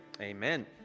amen